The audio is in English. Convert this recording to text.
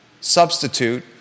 substitute